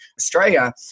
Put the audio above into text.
Australia